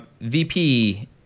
vp